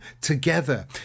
together